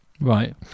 Right